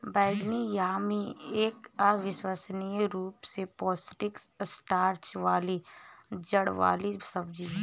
बैंगनी यामी एक अविश्वसनीय रूप से पौष्टिक स्टार्च वाली जड़ वाली सब्जी है